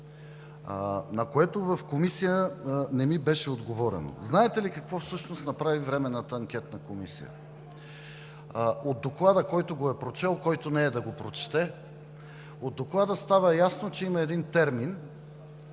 на което в Комисията не ни беше отговорено. Знаете ли какво всъщност направи Временната анкетна комисия? От Доклада, който го е прочел, който не е – да го прочете, става ясно, че има един термин,